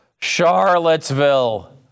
Charlottesville